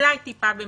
אולי טיפה במתכוון.